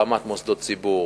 ברמת מוסדות ציבור,